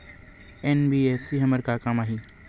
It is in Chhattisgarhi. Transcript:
एन.बी.एफ.सी हमर का काम आही?